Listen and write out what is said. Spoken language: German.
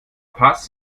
paz